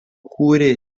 kūrė